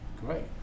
great